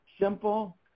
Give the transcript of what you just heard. simple